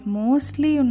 mostly